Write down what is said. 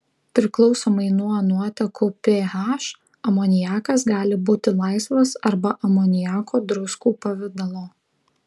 priklausomai nuo nuotekų ph amoniakas gali būti laisvas arba amoniako druskų pavidalo